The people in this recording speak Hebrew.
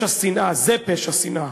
זה פשע שנאה